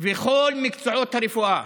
וכל מקצועות הרפואה: